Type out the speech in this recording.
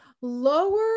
lower